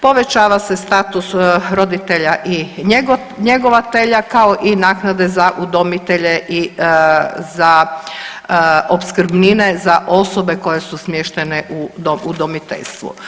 Povećava se status roditelja i njegovatelja kao i naknade za udomitelje i za opskrbnine za osobe koje su smještene u udomiteljstvu.